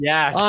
Yes